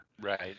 Right